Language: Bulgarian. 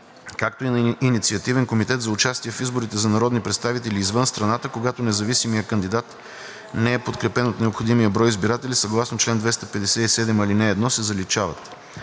„както и на инициативен комитет за участие в изборите за народни представители извън страната, когато независимият кандидат не е подкрепен от необходимия брой избиратели съгласно чл. 257, ал. 1“ се заличават;